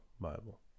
Bible